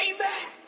Amen